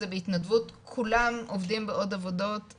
זה בהתנדבות כולם עובדים בעוד עבודות.